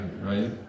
right